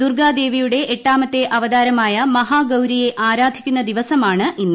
ദുർഗ്ഗാദേവിയുടെ എട്ടാമത്തെ അവതാരമായ മഹാഗൌരിയെ ആരാധിക്കുന്ന ദിവസമാണ് ഇന്ന്